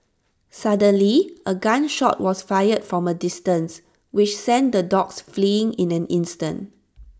suddenly A gun shot was fired from A distance which sent the dogs fleeing in an instant